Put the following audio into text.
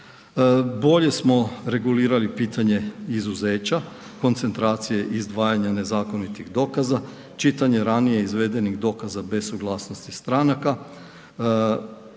Bolje smo regulirali pitanje izuzeća, koncentracije izdvajanja nezakonitih dokaza, čitanje ranije izvedenih dokaza bez suglasnosti stranaka